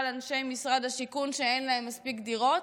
אנשי משרד השיכון שאין להם מספיק דירות.